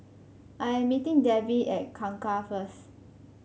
I am meeting Debi at Kangkar first